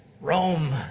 Rome